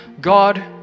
God